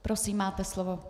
Prosím, máte slovo.